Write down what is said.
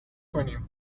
کنیم